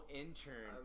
intern